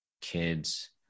kids